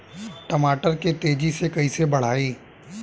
टमाटर के तेजी से कइसे बढ़ाई?